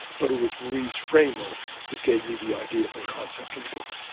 but it was marie's framework that gave me the idea for the concept of the book.